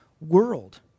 world